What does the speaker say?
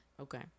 Okay